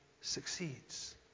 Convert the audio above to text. succeeds